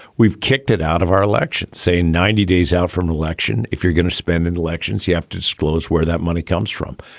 we've kicked it out of our elections say ninety days out from the election. if you're going to spend in elections you have to disclose where that money comes from.